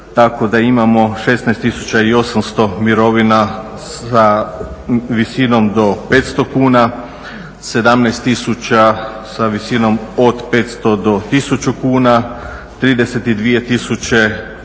tako da imamo 16800 mirovina sa visinom do 500 kuna, 17000 sa visinom od 500 do 1000 kuna, 32000